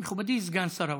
מכובדי סגן שר האוצר.